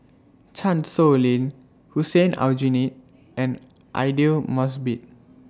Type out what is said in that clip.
Chan Sow Lin Hussein Aljunied and Aidli Mosbit